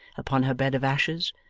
upon her bed of ashes,